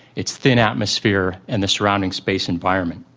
its thin atmosphere and the surrounding space environment.